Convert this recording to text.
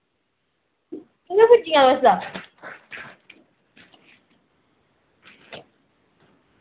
कुत्थै पुज्जियां तुस